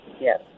Yes